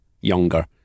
younger